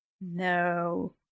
No